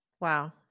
Wow